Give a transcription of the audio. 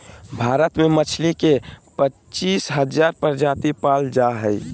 भारत में मछली के पच्चीस हजार प्रजाति पाल जा हइ